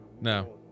no